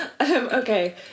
okay